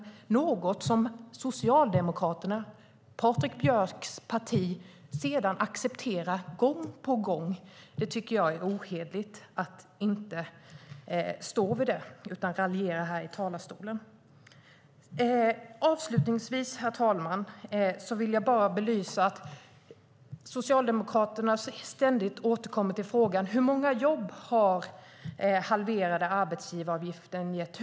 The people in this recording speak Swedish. Det är något som Socialdemokraterna, Patrik Björcks parti, sedan accepterar gång på gång. Jag tycker att det är ohederligt att inte stå för det. Han raljerar i stället här i talarstolen. Avslutningsvis, herr talman, vill jag belysa att Socialdemokraterna ständigt återkommer till vissa frågor: Hur många jobb har den halverade arbetsgivaravgiften gett?